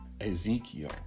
Ezekiel